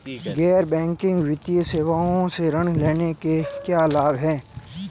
गैर बैंकिंग वित्तीय सेवाओं से ऋण लेने के क्या लाभ हैं?